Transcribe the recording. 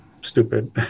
stupid